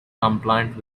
compliant